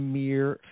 mere